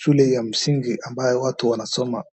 shule ya msingi ambayo watu wanasoma.